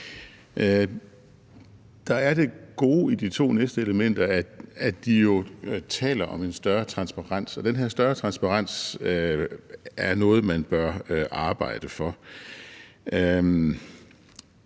Der er det gode i de to næste elementer, at de jo taler om en større transparens, og den her større transparens er noget, man bør arbejde for.